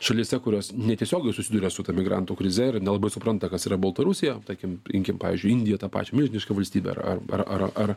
šalyse kurios netiesiogiai susiduria su ta migrantų krize ir nelabai supranta kas yra baltarusija tarkim imkim pavyzdžiui indiją tą pačią milžiniška valstybė ar ar ar ar